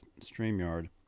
StreamYard